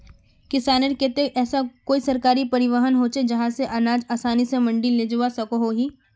किसानेर केते ऐसा कोई सरकारी परिवहन होचे जहा से अनाज आसानी से मंडी लेजवा सकोहो ही?